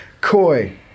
Koi